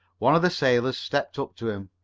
one of the sailors stepped up to him.